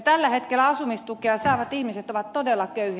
tällä hetkellä asumistukea saavat ihmiset ovat todella köyhiä